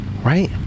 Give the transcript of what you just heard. right